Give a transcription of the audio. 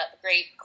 great